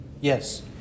Yes